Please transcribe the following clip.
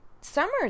summer